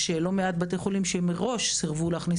יש לא מעט בתי חולים שמראש סרבו להכניס